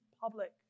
public